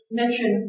mention